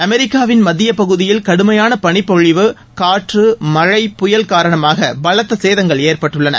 அமெரிக்காவின் மத்திய பகுதியில் கடுமையான பளிப்பொழிவு காற்று மழை புயல் காரணமாக பலத்த சேதங்கள் ஏற்பட்டுள்ளன